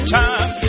time